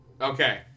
okay